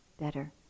better